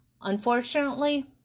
Unfortunately